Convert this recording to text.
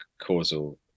causal